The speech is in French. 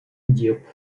diop